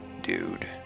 dude